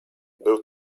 był